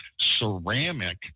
ceramic